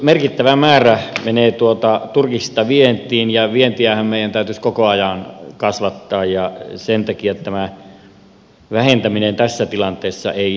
merkittävä määrä menee turkiksista vientiin ja vientiähän meidän täytyisi koko ajan kasvattaa ja sen takia tämä vähentäminen tässä tilanteessa ei ole hyvä